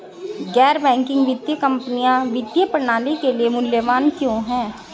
गैर बैंकिंग वित्तीय कंपनियाँ वित्तीय प्रणाली के लिए मूल्यवान क्यों हैं?